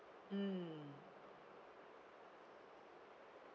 mm